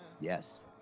Yes